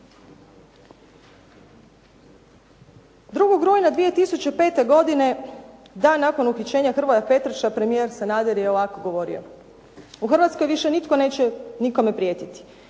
2. rujna 2005. godine, dan nakon uhićenja Hrvoja Petrača premijer Sanader je ovako govorio: "U Hrvatskoj više nitko neće nikome prijetiti.